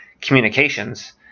communications